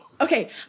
Okay